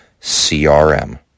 CRM